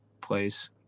place